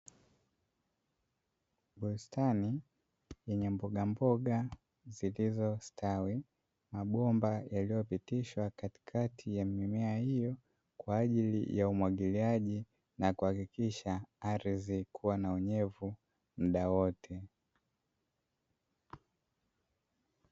Bustani yenye mbogamboga zilizostawi, mabomba yaliyopitishwa katikati ya mimea hiyo kwa ajili ya umwagiliaji na kuhakikisha ardhi kuwa na unyevu muda wote.